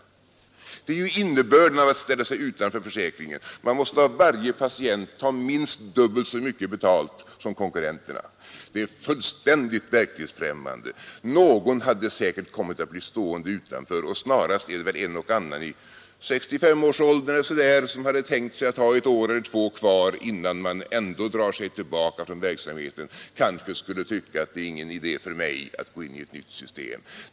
Det är ju innebörden av att ställa sig utanför försäkringen: man måste av varje patient ta minst dubbelt så mycket betalt som konkurrenterna. Det är fullständigt verklighetsfrämmande. Någon hade säkert kommit att bli stående utanför; snarast är det väl en och annan i 65-årsåldern som har tänkt sig att ha ett år eller två kvar innan han ändå drar sig tillbaka från verksamheten och som kanske tycker att det inte är någon idé att gå in i ett nytt system.